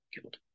killed